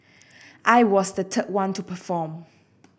I was the third one to perform